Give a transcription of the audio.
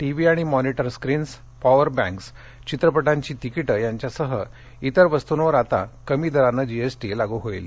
TV आणि monitor screens power banks चित्रपटांची तिकीटे यांच्यासह इतर वस्तूंवर आता कमी दराने जीएसटी लागू होईल